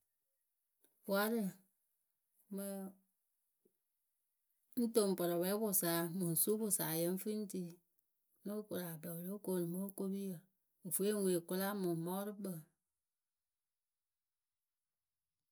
Warǝ, mɨ ŋ́ toŋ pɔrɔpwɛpʊsayǝ mɨŋ supʊsayǝ ŋ fɨ ŋ́ ri. Nóo koru atɛŋ wǝ lóo koonu mɨ okopiyǝ vwe mɨŋ mɔɔrʊkpǝ.